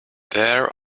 there